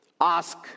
Ask